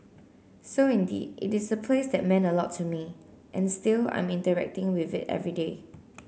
so indeed it is a place that meant a lot to me and still I'm interacting with it every day